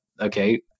Okay